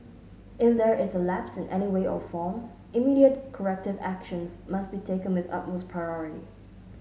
if there is a lapse in any way or form immediate corrective actions must be taken with utmost priority